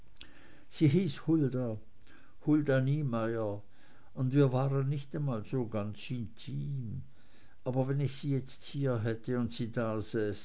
sie hieß hulda hulda niemeyer und wir waren nicht einmal so ganz intim aber wenn ich sie jetzt hier hätte und sie da